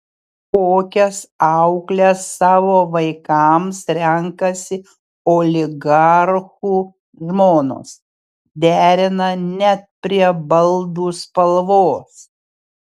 kokias aukles savo vaikams renkasi oligarchų žmonos derina net prie baldų spalvos